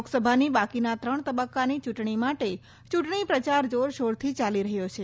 લોકસભાની બાકીના ત્રણ તબક્કાની ચૂંટણી માટે ચૂંટણી પ્રચાર જોરશોરથી ચાલી રહ્યો છે